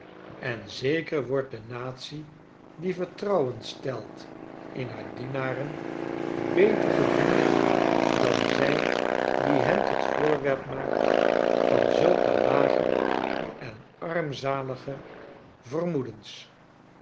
en zeker wordt de natie die vertrouwen stelt in haar dienaren beter gediend dan zij die hen tot voorwerp maakt van zulke lage en armzalige vermoedens